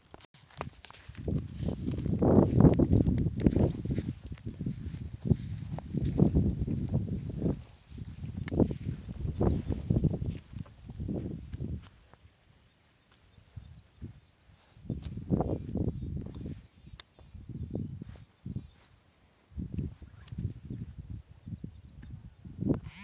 ఎరువులు, పురుగుమందుల వంటి వాటిని ఉపయోగించకుండా తోటపని చేయడాన్ని ఆర్గానిక్ గార్డెనింగ్ అంటారు